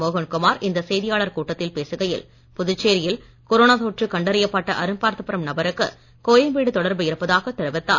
மோகன்குமார் இந்த செய்தியாளர் கூட்டத்தில் பேசுகையில் புதுச்சேரியில் கொரோனா தொற்று கண்டறியப் பட்ட அரும்பார்த்தபுரம் நபருக்கு கோயம்பேடு தொடர்பு இருப்பதாகத் தெரிவித்தார்